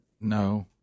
No